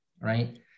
right